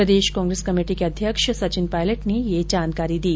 प्रदेश Congress committee के अध्यक्ष सचिन पायलट ने ये जानकारी दी